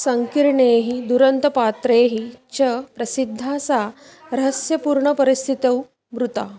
सङ्कीर्णैः दुरन्तपात्रैः च प्रसिद्धा सा रहस्यपूर्णपरिस्थितौ मृता